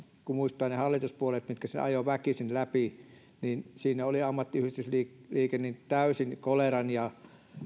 kun muistetaan ne hallituspuolueet mitkä sen ajoivat väkisin läpi oli ammattiyhdistysliike täysin koleran ja